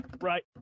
right